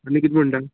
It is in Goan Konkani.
आनी किदें म्हणटा